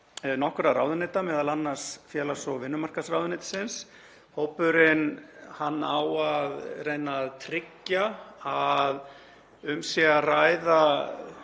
nokkurra ráðuneyta, m.a. félags- og vinnumarkaðsráðuneytisins. Hópurinn á að reyna að tryggja að um sé að ræða